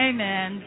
Amen